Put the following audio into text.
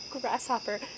grasshopper